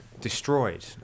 destroyed